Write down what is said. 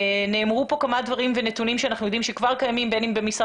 נאמרו כאן כמה דברים ונתונים שאנחנו יודעים שכבר קיימים בין אם במשרד